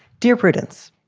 dear prudence.